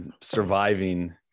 surviving